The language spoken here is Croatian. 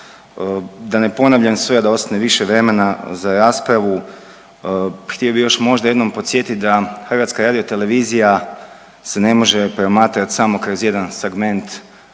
Da ne ponavljam sve, da ostane više vremena za raspravu, htio bih još možda jednom podsjetiti da HRT se ne može promatrati samo kroz jedan segment,